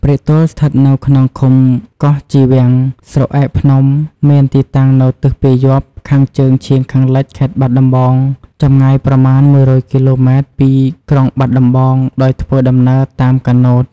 ព្រែកទាល់ស្ថិតនៅក្នុងឃុំកោះជីវាំងស្រុកឯកភ្នំមានទីតាំងនៅទិសពាយព្យ ខាងជើងឈៀងខាងលិច ខេត្តបាត់ដំបង ចម្ងាយប្រមាណ ១០០គីឡូម៉ែត្រពីក្រុងបាត់ដំបង ដោយធ្វើដំណើរតាមកាណូត។